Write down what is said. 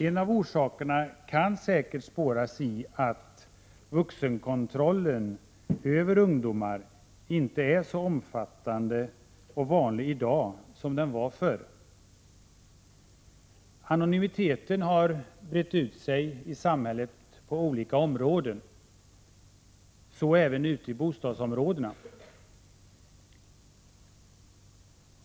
En av orsakerna kan säkert spåras i att vuxenkontrollen över ungdomar inte är så omfattande och vanlig i dag som den var förr. Anonymiteten har brett ut sig i samhället, så även i bostadsområdena.